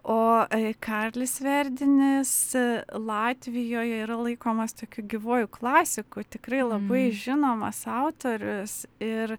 o karlis vėrdinis latvijoje yra laikomas tokiu gyvuoju klasiku tikrai labai žinomas autorius ir